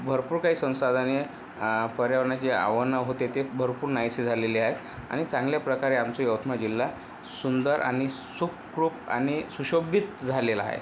भरपूर काही संसाधने पर्यावरणात जी आव्हानं होते ते भरपूर नाहीसे झालेले आहेत आणि चांगल्या प्रकारे आमचा यवतमाळ जिल्हा सुंदर आणि सुखरूप आणि सुशोभित झालेला आहे